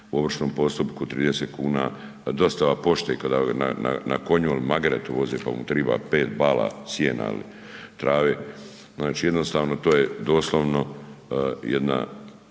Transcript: u ovršnom postupku, 30 kuna dostava pošte kada na konju il magaretu voze pa but riba 5 bala sijena, trave, znači jednostavno to je doslovno jedna